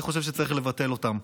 אני חושב שצריך לבטל אותם,